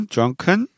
Drunken